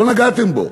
לא נגעתם בו.